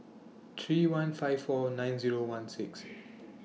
three one five four nine Zero one six